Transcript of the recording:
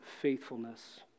faithfulness